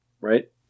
right